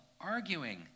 arguing